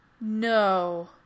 No